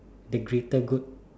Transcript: the greater good